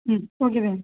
ம் okay ma'am